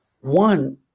one